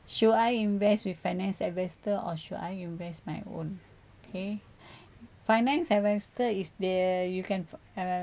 should I invest with finance investor or should I invest my own okay finance investor is there you can uh